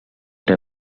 era